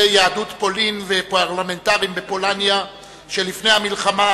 יהדות פולין ופרלמנטרים בפולניה שלפני המלחמה,